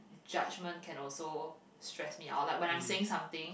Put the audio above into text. judgement can also stress me out like when I'm saying something